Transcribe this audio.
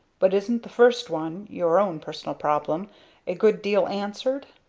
but isn't the first one your own personal problem a good deal answered?